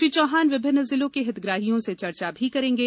श्री चौहान विभिन्न जिलों के हितग्राहियों से चर्चा भी करेंगे